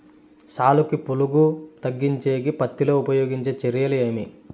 సాలుకి పులుగు తగ్గించేకి పత్తి లో ఉపయోగించే చర్యలు ఏమి?